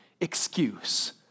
excuse